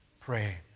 pray